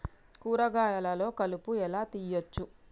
కూరగాయలలో కలుపు ఎలా తీయచ్చు?